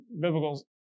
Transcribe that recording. biblical